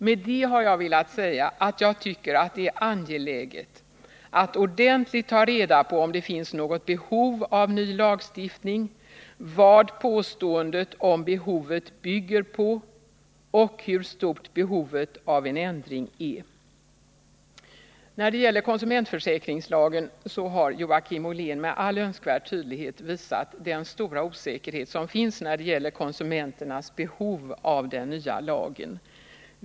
Med detta har jag velat säga att jag tycker att det är angeläget att ordentligt ta reda på om det finns något behov av ny lagstiftning, vad påståendet om behovet bygger på och hur stort behovet av en ändring är. När det gäller konsumentförsäkringslagen har Joakim Ollén med all önskvärd tydlighet visat den stora osäkerhet som finns när det gäller konsumenternas behov av den nya lagen.